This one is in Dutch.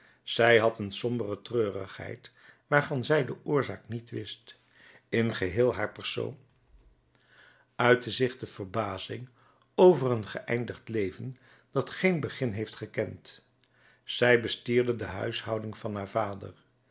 zij had een sombere treurigheid waarvan zij de oorzaak niet wist in geheel haar persoon uitte zich de verbazing over een geëindigd leven dat geen begin heeft gekend zij bestierde de huishouding van haar vader